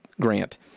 grant